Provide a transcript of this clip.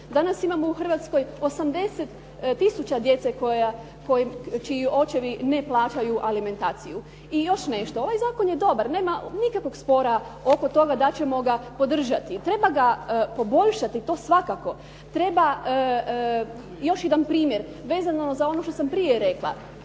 Danas imamo u Hrvatskoj 80 tisuća djece čiji očevi ne plaćaju alimentaciju. I još nešto, ovaj zakon je dobar, nema nikakvoga spora oko toga da ćemo ga podržati, treba ga poboljšati, to svakako. Treba, još jedan primjer, vezano za ono što sam prije rekla,